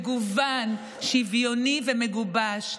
מגוון, שוויוני ומגובש.